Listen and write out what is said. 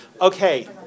Okay